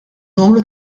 numri